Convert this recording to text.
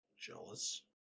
Jealous